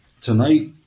Tonight